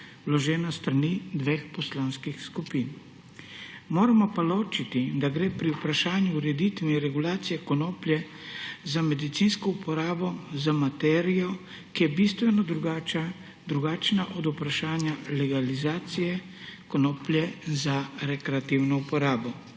vložena s strani dveh poslanskih skupin. Moramo pa ločiti, da gre pri vprašanju ureditve in regulacije konoplje za medicinsko uporabo za materijo, ki je bistveno drugačna od vprašanja legalizacije konoplje za rekreativno uporabo.